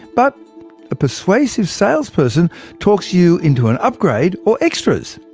but a persuasive salesperson talks you into an upgrade, or extras.